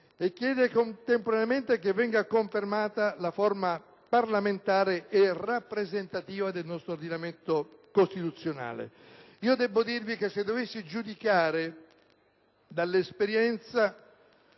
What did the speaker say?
Chiede contemporaneamente che sia confermata la forma parlamentare e rappresentativa del nostro ordinamento costituzionale. Se dovessi giudicare dall'esperienza,